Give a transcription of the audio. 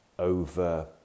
over